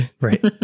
Right